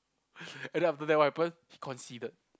and then after that what happen he conceeded